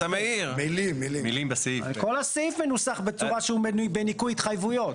הוא מנוסח בצורה שהוא בניכוי התחייבויות.